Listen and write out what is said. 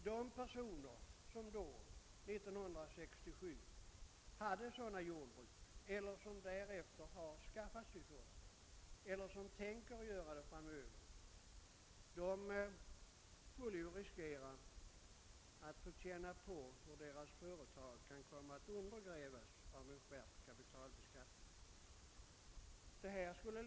De personer som 1967 hade sådana jordbruk eller som därefter har skaffat sig sådana eller tänker göra det framöver riskerar nu att få känna på hur deras företag kan komma att undergrävas genom skärpt kapitalbeskattning.